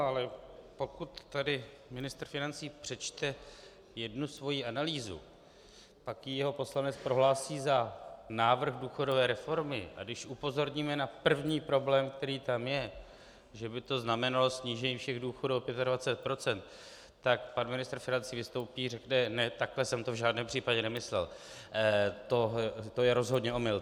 Ale pokud tady ministr financí přečte jednu svoji analýzu, pak ji jeho poslanec prohlásí za návrh důchodové reformy, a když upozorníme na první problém, který tam je, že by to znamenalo snížení všech důchodů o 25 %, tak pan ministr financí vystoupí a řekne ne, takhle jsem to v žádném případě nemyslel, to je rozhodne omyl.